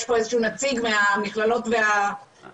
פה איזשהו נציג מהמכללות והאוניברסיטאות.